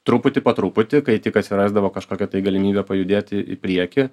truputį po truputį kai tik atsirasdavo kažkokia tai galimybė pajudėti į priekį